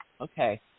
Okay